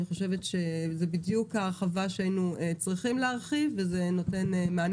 זה בדיוק ההרחבה שהיינו צריכים להרחיב וזה נותן מענה